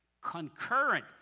Concurrent